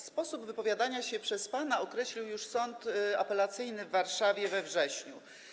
Sposób wypowiadania się przez pana określił już Sąd Apelacyjny w Warszawie we wrześniu.